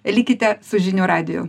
likite su žinių radiju